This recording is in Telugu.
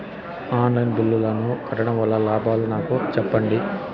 ఆన్ లైను బిల్లుల ను కట్టడం వల్ల లాభాలు నాకు సెప్పండి?